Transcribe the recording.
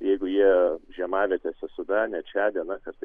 jeigu jie žiemavietėse sudane čiade na kartais